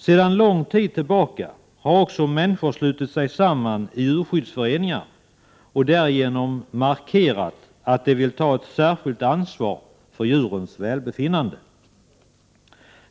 Sedan lång tid tillbaka har också människor slutit sig samman i djurskyddsföreningar och därigenom markerat att de vill ta ett särskilt ansvar för djurens välbefinnande.